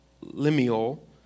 Lemuel